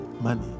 Money